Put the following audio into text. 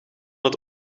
het